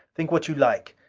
think what you like.